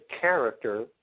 character